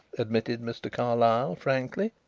admitted mr. carlyle frankly.